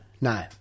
No